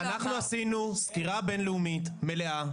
אנחנו עשינו סקירה בין לאומית מלאה,